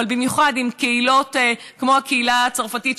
אבל במיוחד עם קהילות כמו הקהילה הצרפתית,